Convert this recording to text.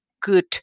good